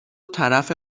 طرف